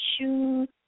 shoes